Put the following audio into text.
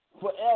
Forever